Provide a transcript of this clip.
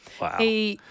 Wow